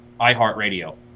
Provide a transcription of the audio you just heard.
iHeartRadio